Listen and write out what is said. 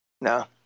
No